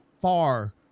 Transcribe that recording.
far